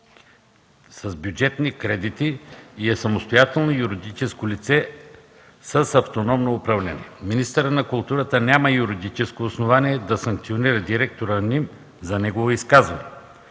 с бюджетни кредити и е самостоятелно юридическо лице с автономно управление. Министърът на културата няма юридическо основание да санкционира директора на Националния